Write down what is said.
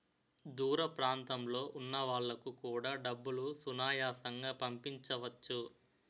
దూర ప్రాంతంలో ఉన్న వాళ్లకు కూడా డబ్బులు సునాయాసంగా పంపించవచ్చు